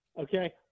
okay